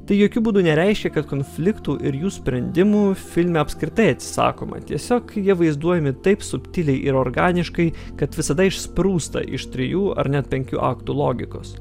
tai jokiu būdu nereiškia kad konfliktų ir jų sprendimų filme apskritai atsisakoma tiesiog jie vaizduojami taip subtiliai ir organiškai kad visada išsprūsta iš trijų ar net penkių aktų logikos